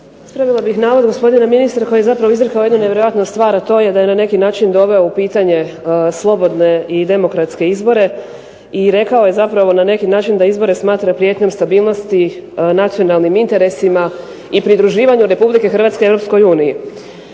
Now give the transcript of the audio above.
Ispravila bih navod gospodina ministra koji je zapravo izrekao jednu nevjerojatnu stvar, a to je da je na neki način doveo u pitanje slobodne i demokratske izbore i rekao je zapravo na neki način da izbore smatra prijetnjom stabilnosti nacionalnim interesima i pridruživanju RH Europskoj